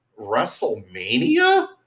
Wrestlemania